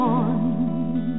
on